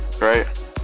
right